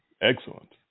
Excellent